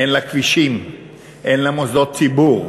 אין לה כבישים ואין לה מוסדות ציבור.